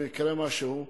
אם יקרה משהו,